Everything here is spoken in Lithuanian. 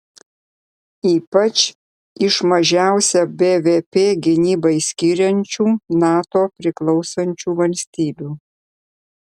ypač iš mažiausią bvp gynybai skiriančių nato priklausančių valstybių